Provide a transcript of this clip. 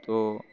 তো